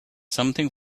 something